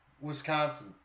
Wisconsin